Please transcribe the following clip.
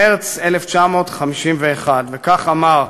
במרס 1951. וכך אמר,